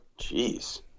Jeez